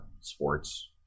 sports